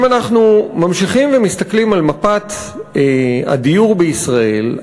אם אנחנו ממשיכים ומסתכלים על מפת הדיור בישראל,